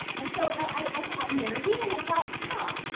and so, i got nerdy and i thought, huh,